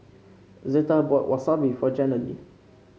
Zetta bought Wasabi for Jenilee